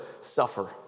suffer